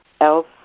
else